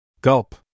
Gulp